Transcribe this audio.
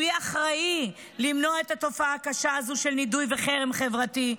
הוא יהיה אחראי למנוע את התופעה הקשה הזו של נידוי וחרם חברתי,